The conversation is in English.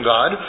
God